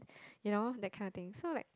you know that kind of thing so like